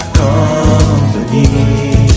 company